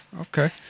okay